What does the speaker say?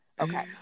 okay